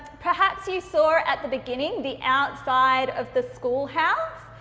perhaps you saw at the beginning the outside of the school house,